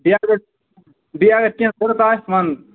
بیٚیہِ اگر بیٚیہِ اگر کیٚنٛہہ آسہِ وَن